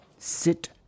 Sit